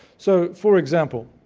so, for example,